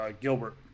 Gilbert